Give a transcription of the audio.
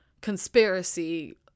Conspiracy